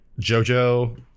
Jojo